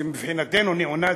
אלה שמבחינתנו הם ניאו-נאצים,